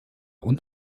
und